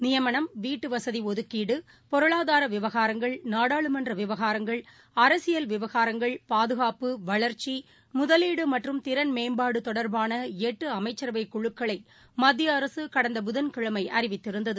நியமனம் வீட்டுவசதிடுக்கீடு பொருளாதாரவிவகாரங்கள் நாடாளுமன்றவிவகாரங்கள் அரசியல் விவகாரங்கள் பாதுகாப்பு வளா்ச்சி முதலீடுமற்றும் திறன் மேம்பாடுதொடர்பானளட்டுஅமைச்சரவைக் குழுக்களைமத்தியஅரசுகடந்த புதன்கிழமைஅறிவித்திருந்தது